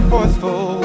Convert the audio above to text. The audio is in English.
Forceful